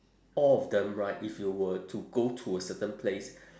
all of them right if you were to go to a certain place